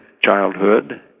childhood